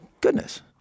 Goodness